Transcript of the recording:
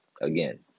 Again